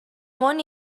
món